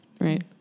Right